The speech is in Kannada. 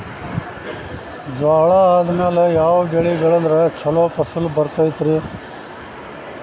ಜ್ವಾಳಾ ಆದ್ಮೇಲ ಯಾವ ಬೆಳೆ ಬೆಳೆದ್ರ ಛಲೋ ಫಸಲ್ ಬರತೈತ್ರಿ?